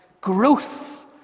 growth